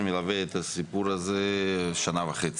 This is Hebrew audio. אני מלווה את הסיפור של הפיצול של צור הדסה שנה וחצי.